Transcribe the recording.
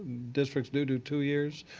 districts do do two years.